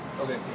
Okay